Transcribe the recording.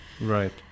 Right